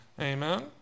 Amen